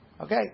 Okay